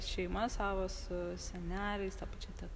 šeima savo su seneliais ta pačia teta